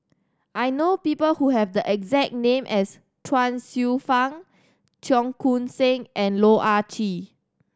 I know people who have the exact name as Chuang Hsueh Fang Cheong Koon Seng and Loh Ah Chee